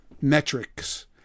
metrics